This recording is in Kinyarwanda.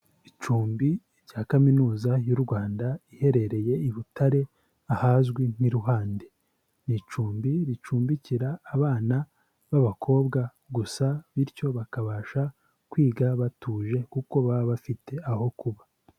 Icumbi rya Kaminuza y'u Rwanda iherereye i Butare ahazwi nk'i Ruhande. Ni icumbi ricumbikira abana b'abakobwa gusa bityo bakabasha kwiga batuje kuko baba bafite aho kuba.